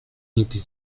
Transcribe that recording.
niegdyś